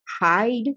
hide